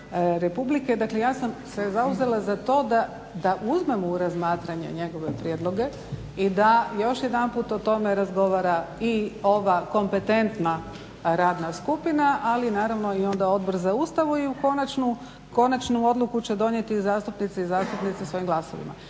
Republike, dakle ja sam se zauzela za to da uzmemo u razmatranje njegove prijedloge i da još jedanput o tome razgovara i ova kompetentna radna skupina, ali naravno i onda Odbor za Ustav i konačnu odluku će donijeti zastupnici i zastupnice svojim glasovima.